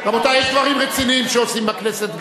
רבותי, יש דברים רציניים שעושים בכנסת גם.